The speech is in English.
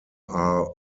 are